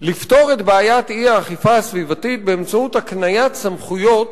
לפתור את בעיית האי-אכיפה הסביבתית באמצעות הקניית סמכויות